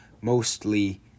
mostly